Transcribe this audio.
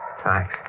thanks